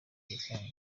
bikanga